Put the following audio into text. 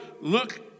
Look